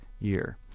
year